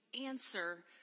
answer